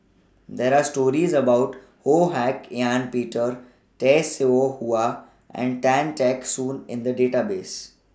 There Are stories about Ho Hak Ean Peter Tay Seow Huah and Tan Teck Soon in The Database